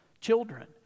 children